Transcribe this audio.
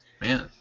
Man